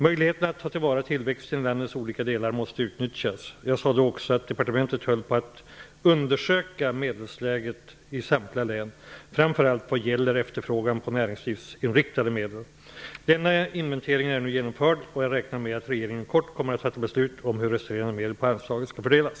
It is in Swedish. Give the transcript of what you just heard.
Möjligheten att ta till vara tillväxten i landets olika delar måste utnyttjas. Jag sade då också att departementet höll på att undersöka medelsläget i samtliga län, framför allt vad gäller efterfrågan på näringslivsinriktade medel. Denna inventering är nu genomförd, och jag räknar med att regeringen inom kort kommer att fatta beslut om hur resterande medel på anslaget skall fördelas.